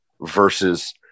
versus